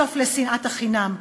סוף לשנאת חינם,